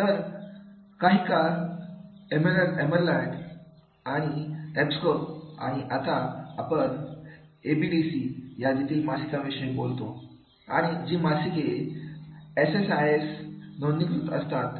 तर काही काळ एमेरीलँड आणि एब्सको आणि आता आपण एपीडीसी यादीतील मासिका विषयी बोलतो आणि जी मासिके एसएससीआय नोंदणीकृत असतात